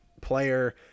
player